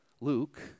Luke